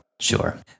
Sure